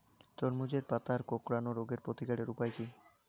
তরমুজের পাতা কোঁকড়ানো রোগের প্রতিকারের উপায় কী?